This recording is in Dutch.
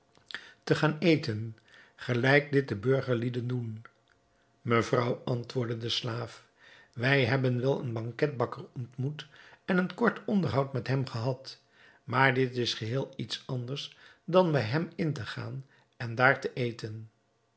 te gaan eten gelijk dit de burgerlieden doen mevrouw antwoordde de slaaf wij hebben wel een banketbakker ontmoet en een kort onderhoud met hem gehad maar dit is geheel iets anders dan bij hem in te gaan en daar te eten